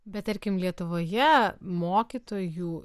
bet tarkim lietuvoje mokytojų